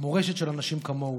המורשת של אנשים כמוהו,